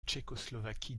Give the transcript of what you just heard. tchécoslovaquie